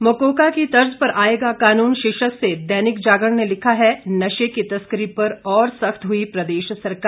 मकोका की तर्ज पर आएगा कानून शीर्षक से दैनिक जागरण ने लिखा है नशे की तस्करी पर और सख्त हुई प्रदेश सरकार